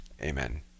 Amen